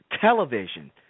television